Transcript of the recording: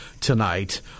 tonight